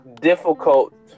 difficult